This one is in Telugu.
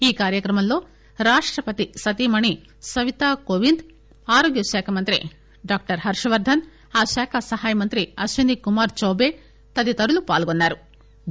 ఈ కార్యక్రమంలో రాష్టపతి సతీమణి సవితా కోవింద్ ఆరోగ్య శాఖమంత్రి డాక్టర్ హర్షవర్దన్ ఆ శాఖ సహాయ మంత్రి అశ్వనీ కుమార్ చౌటే తదితరులు పాల్గొన్నారు